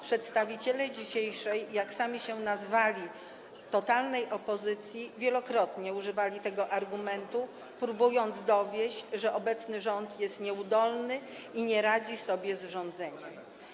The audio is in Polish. Przedstawiciele dzisiejszej, jak sami się nazwali, totalnej opozycji wielokrotnie używali tego argumentu, próbując dowieść, że obecny rząd jest nieudolny i nie radzi sobie z rządzeniem.